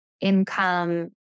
income